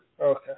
Okay